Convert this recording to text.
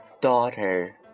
daughter